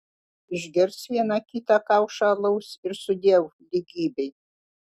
išgers vieną kita kaušą alaus ir sudiev lygybei